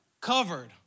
covered